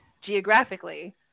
geographically